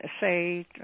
say